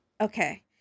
Okay